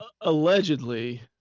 allegedly